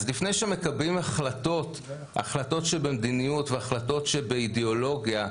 אז לפני שמקבלים החלטות שבמדיניות והחלטות שבאידיאולוגיה,